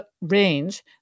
range